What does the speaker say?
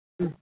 ꯎꯝ